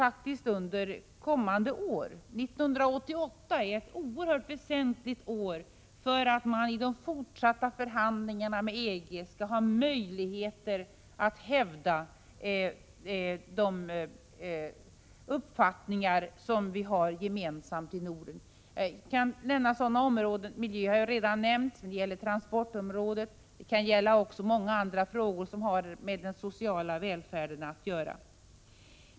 1988 är ett oerhört väsentligt år när det gäller våra möjligheter att i de fortsatta förhandlingarna med EG hävda våra för Norden gemensamma uppfattningar. Jag har redan nämnt miljön. Det gäller också transportområdet och många andra områden som har med den sociala välfärden att göra.